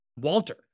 Walter